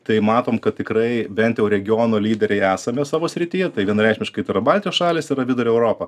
tai matome kad tikrai bent jau regiono lyderiai esame savo srityje tai vienareikšmiškai to baltijos šalys yra vidurio europa